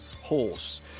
Horse